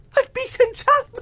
i've beaten but